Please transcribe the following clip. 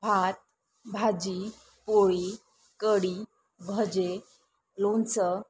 भात भाजी पोळी कढी भजी लोणचं